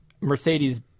Mercedes